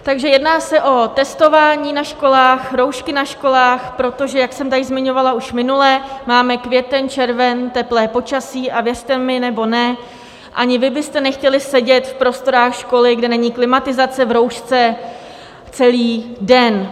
Takže jedná se o testování na školách, roušky na školách, protože jak jsem tady zmiňovala už minule, máme květen, červen, teplé počasí, a věřte mi nebo ne, ani vy byste nechtěli sedět v prostorách školy, kde není klimatizace, v roušce celý den.